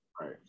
Right